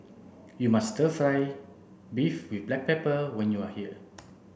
you must stir fry beef with black pepper when you are here